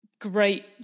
great